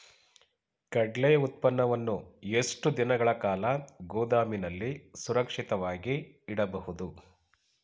ಕಡ್ಲೆ ಉತ್ಪನ್ನವನ್ನು ಎಷ್ಟು ದಿನಗಳ ಕಾಲ ಗೋದಾಮಿನಲ್ಲಿ ಸುರಕ್ಷಿತವಾಗಿ ಇಡಬಹುದು?